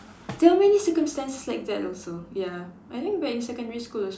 there are many circumstances like that also ya I think back in secondary school also